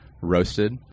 roasted